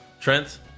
Trent